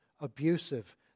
abusive